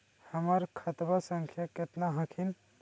हमर खतवा संख्या केतना हखिन?